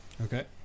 Okay